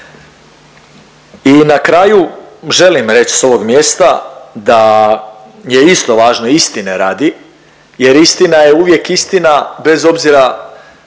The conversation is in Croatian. I na kraju želim reć s ovog mjesta da je isto važno istine radi jer istina je uvijek istina bez obzira